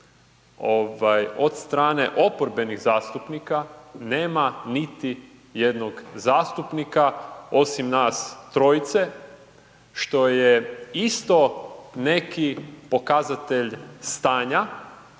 od strane oporbenih zastupnika, nema niti jednog zastupnika osim nas trojice što je isto neki pokazatelj stanja